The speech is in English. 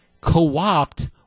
co-opt